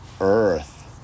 earth